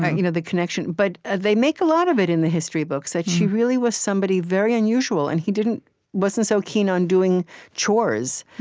ah you know the connection. but they make a lot of it in the history books, that she really was somebody very unusual. and he wasn't so keen on doing chores,